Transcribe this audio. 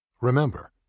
Remember